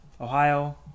Ohio